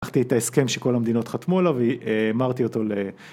-חתי את ההסכם שכל המדינות חתמו עליו, והי-א-הימרתי אותו ל...